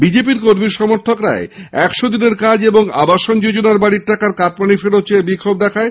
BJP কর্মী সমর্থকরাই একশোদিনের কাজ ও আবাসযোজনার বাড়ির টাকার কাটমানি ফেরত চেয়ে বিক্ষোভ দেখায়